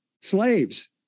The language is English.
slaves